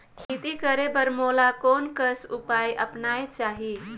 खेती करे बर मोला कोन कस उपाय अपनाये चाही?